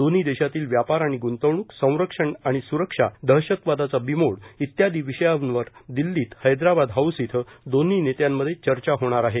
दोन्ही देशातील व्यापार आणि ग्ंतवणूक संरक्षण आणि स्रक्षा दहशतवादाचा बिमोड इत्यादी विषयांवर दिल्लीतील हैद्राबाद हाऊस इथं दोन्ही नेत्यांमध्ये चर्चा होईल